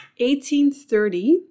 1830